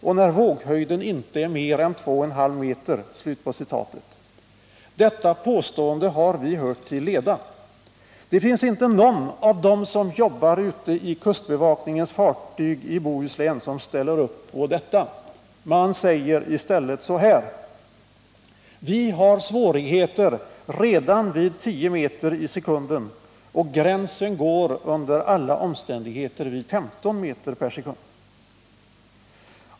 och när våghöjden inte är mer än två och en halv meter”. Detta påstående har vi hört till leda. Det finns inte någon av dem som jobbar ute i kustbevakningens fartyg i Bohuslän som ställer upp på detta. Man säger i stället så här: Vi har svårigheter redan vid 10 m sek.